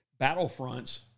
battlefronts